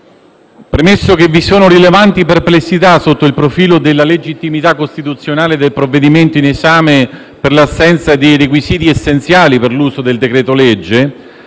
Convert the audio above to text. Premesso che vi sono rilevanti perplessità sotto il profilo della legittimità costituzionale del provvedimento in esame, per l'assenza dei requisiti essenziali per l'uso del decreto legge,